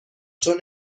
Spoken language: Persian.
چون